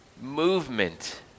movement